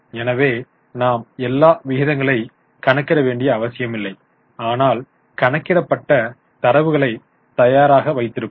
எனவே நாம் எல்லா விகிதங்களை கணக்கிட வேண்டிய அவசியமில்லை ஆனால் கணக்கிடப்பட்ட தரவுகளை தயாராக வைத்திருப்போம்